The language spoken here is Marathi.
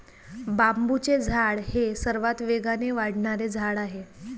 बांबूचे झाड हे सर्वात वेगाने वाढणारे झाड आहे